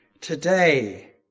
Today